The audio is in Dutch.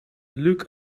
luuk